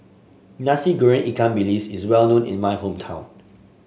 Nasi Goreng Ikan Bilis is well known in my hometown